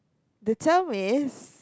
the term is